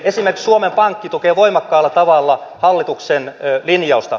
esimerkiksi suomen pankki tukee voimakkaalla tavalla hallituksen linjausta